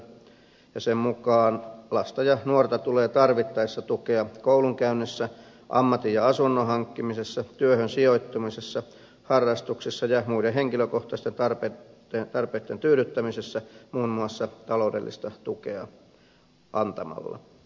sen mukaan lasta ja nuorta tulee tarvittaessa tukea koulunkäynnissä ammatin ja asunnon hankkimisessa työhön sijoittumisessa harrastuksissa ja muiden henkilökohtaisten tarpeitten tyydyttämisessä muun muassa taloudellista tukea antamalla